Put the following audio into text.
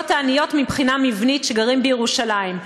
העניות מבחינה מבנית שגרות בירושלים.